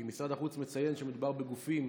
כי משרד החוץ מציין שמדובר בגופים